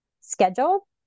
schedule